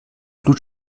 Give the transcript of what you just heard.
blut